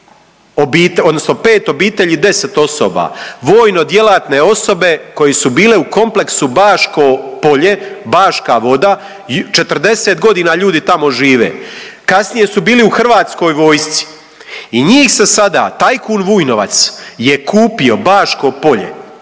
odnosno pet obitelji 10 osoba vojno djelatne osobe koje su bile u kompleksu Baško Polje, Baška Voda 40 godina ljudi tamo žive, kasnije su bili u hrvatskoj vojsci i njih se sada tajkun Vujnovac je kupio Baško Polje